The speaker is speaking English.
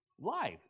life